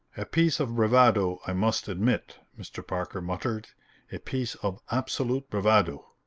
a piece of bravado, i must admit, mr. parker muttered a piece of absolute bravado!